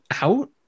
out